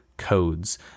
codes